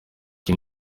iki